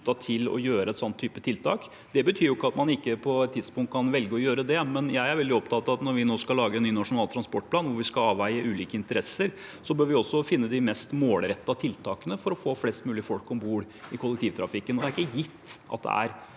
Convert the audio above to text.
til å gjøre en sånn type tiltak. Det betyr ikke at man ikke på et tidspunkt kan velge å gjøre det, men jeg er veldig opptatt av at når vi nå skal lage en ny nasjonal transportplan hvor vi skal avveie ulike interesser, bør vi også finne de mest målrettede tiltakene for å få flest mulig folk om bord i kollektivtrafikken. Det er ikke gitt at det er